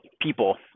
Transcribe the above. people